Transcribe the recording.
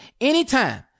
anytime